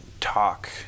talk